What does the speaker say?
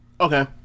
Okay